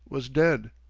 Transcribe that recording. was dead.